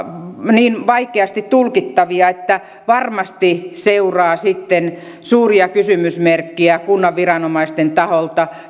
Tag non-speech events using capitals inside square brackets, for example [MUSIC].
niin vaikeasti tulkittavia että varmasti seuraa sitten suuria kysymysmerkkejä kunnan viranomaisten taholta [UNINTELLIGIBLE]